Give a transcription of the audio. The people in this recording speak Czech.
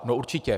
No určitě.